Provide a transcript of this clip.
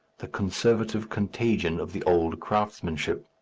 the conservative contagion of the old craftsmanship.